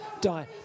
die